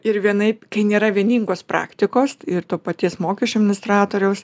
ir vienaip kai nėra vieningos praktikos ir to paties mokesčių administratoriaus